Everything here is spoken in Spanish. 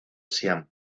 siam